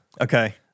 Okay